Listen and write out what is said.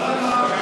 למה?